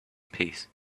peace